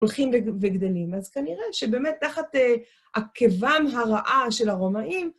הולכים וגדלים. אז כנראה שבאמת תחת הכיוון הרעה של הרומאים...